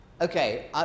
Okay